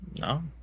No